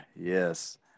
Yes